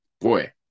boy